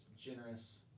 generous